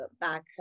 back